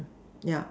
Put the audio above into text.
yeah